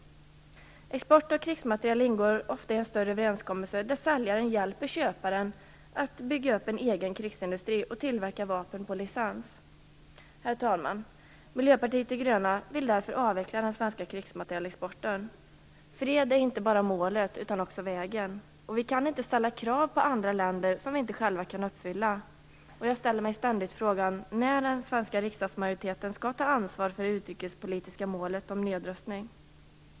Export av krigsmateriel ingår ofta i en större överenskommelse där säljaren hjälper köparen att bygga upp en egen krigsindustri och tillverka vapen på licens. Herr talman! Miljöpartiet de gröna vill därför avveckla den svenska krigsmaterielexporten. Fred är inte bara målet utan också vägen. Vi kan inte ställa krav på andra länder som vi inte själva kan uppfylla. Jag ställer mig ständigt frågan när den svenska riksdagsmajoriteten skall ta ansvar för det utrikespolitiska målet om nedrustning.